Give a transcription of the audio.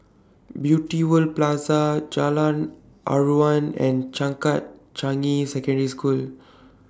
Beauty World Plaza Jalan Aruan and Changkat Changi Secondary School